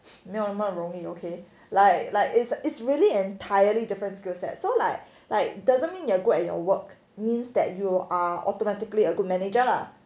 没有那么容易 okay like like it's it's really entirely different skill sets so like like doesn't mean you're good at your work means that you are automatically a good manager lah